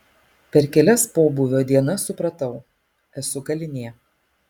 per kelias pobūvio dienas supratau esu kalinė